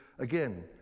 Again